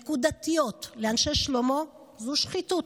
נקודתיות, לאנשי שלומו, זו שחיתות.